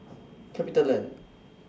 CapitaLand